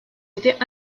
été